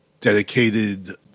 dedicated